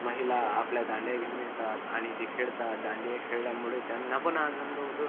महिला आपल्या दांड्या घेऊन येतात आणि ते खेळतात दांडिया खेळल्यामुळे त्यांनापण आनंद होतो